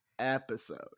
episode